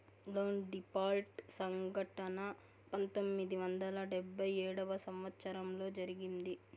loan default సంఘటన పంతొమ్మిది వందల డెబ్భై ఏడవ సంవచ్చరంలో జరిగింది